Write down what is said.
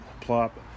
plop